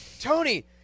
Tony